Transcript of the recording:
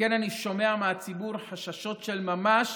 שכן אני שומע מהציבור חששות של ממש